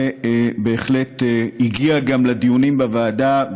ובהחלט גם הגיע לדיונים בוועדה,